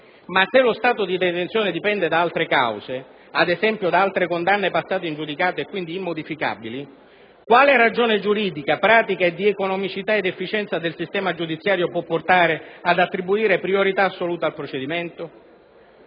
Ma se lo stato di detenzione dipende da altre cause, ad esempio da altre condanne passate in giudicato e quindi immodificabili, quale ragione giuridica, pratica e di economicità ed efficienza del sistema giudiziario può portare ad attribuire priorità assoluta al procedimento?